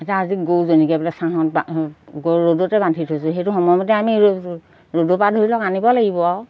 এতিয়া আজি গৰুজনীকে বোলে ছাঁত গৰু ৰ'দতে বান্ধি থৈছোঁ সেইটো সময়মতে আমি ৰ'দৰপা ধৰি লওক আনিব লাগিব আৰু